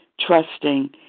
trusting